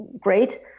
great